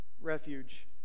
Refuge